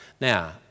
Now